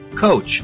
coach